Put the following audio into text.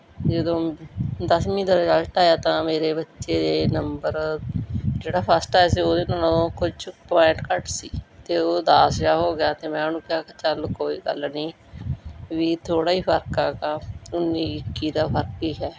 ਜਦੋਂ ਦਸਵੀਂ ਦਾ ਰਿਜਲਟ ਆਇਆ ਤਾਂ ਮੇਰੇ ਬੱਚੇ ਦੇ ਨੰਬਰ ਜਿਹੜਾ ਫਸਟ ਆਇਆ ਸੀ ਉਹਦੇ ਨਾਲੋਂ ਕੁਛ ਪੁਆਇੰਟ ਘੱਟ ਸੀ ਅਤੇ ਉਹ ਉਦਾਸ ਜਿਹਾ ਹੋ ਗਿਆ ਅਤੇ ਮੈਂ ਉਹਨੂੰ ਕਿਹਾ ਕਿ ਚੱਲ ਕੋਈ ਗੱਲ ਨਹੀਂ ਵੀ ਥੋੜ੍ਹਾ ਹੀ ਫਰਕ ਆ ਹੈਗਾ ਉੱਨੀ ਇੱਕੀ ਦਾ ਫਰਕ ਹੀ ਹੈ